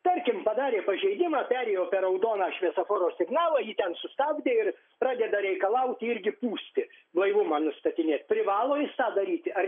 tarkim padarė pažeidimą perėjo per raudoną šviesoforo signalą jį ten sustabdė ir pradeda reikalauti irgi pūsti blaivumą nustatinėti privalo jis tą daryti ar